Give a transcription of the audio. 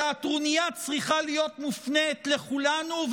אלא הטרוניה צריכה להיות מופנית לכולנו,